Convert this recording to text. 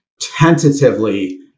tentatively